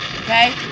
okay